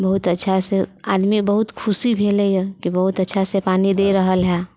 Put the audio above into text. बहुत अच्छासँ आदमी बहुत खुशी भेलैहँ की बहुत अच्छासँ पानि दे रहल है